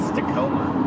Tacoma